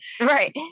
Right